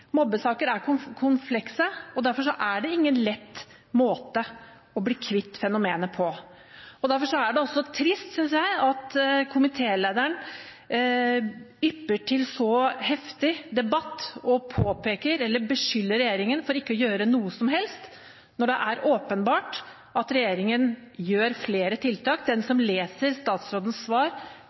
fenomenet på. Derfor er det også trist, synes jeg, at komitélederen ypper til så heftig debatt og beskylder regjeringen for ikke å gjøre noe som helst, når det er åpenbart at regjeringen iverksetter flere tiltak. Den som leser statsrådens svar